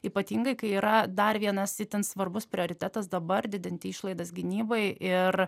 ypatingai kai yra dar vienas itin svarbus prioritetas dabar didinti išlaidas gynybai ir